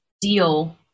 deal